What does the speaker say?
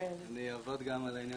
אבל אני היום רוצה שנדבר דווקא על הכלים